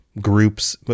groups